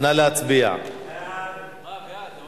יציג את הצעת החוק